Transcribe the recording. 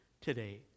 today